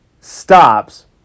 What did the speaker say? stops